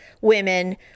Women